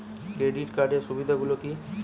Credit কার্ডের সুবিধা গুলো কি?